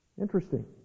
Interesting